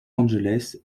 angeles